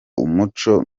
umuco